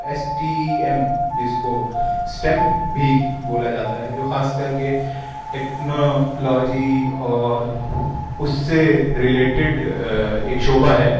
S T E M جس کو STEM بھی بولا جاتا ہے جو خاص کر کے ٹیکنالوجی اور اُس سے رلیٹیڈ ایک شعبہ ہے